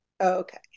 okay